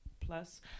plus